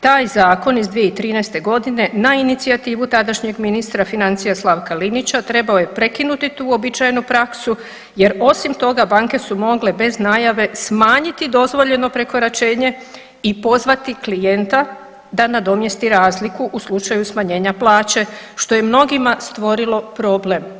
Taj zakon iz 2013.g. na inicijativu tadašnjeg ministra financija Slavka Linića trebao je prekinuti tu uobičajenu praksu jer osim toga banke su mogle bez najave smanjiti dozvoljeno prekoračenje i pozvati klijenta da nadomjesti razliku u slučaju smanjenja plaće, što je mnogima stvorilo problem.